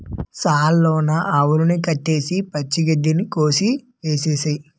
సాల లోన ఆవుల్ని కట్టేసి పచ్చ గడ్డి కోసె ఏసేయ్